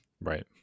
Right